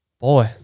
Boy